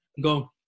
go